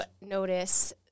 notice